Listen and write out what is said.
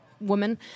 woman